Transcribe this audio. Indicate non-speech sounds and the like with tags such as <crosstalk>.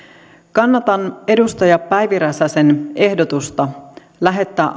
kannatan edustaja päivi räsäsen ehdotusta lähettää <unintelligible>